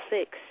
six